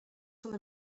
full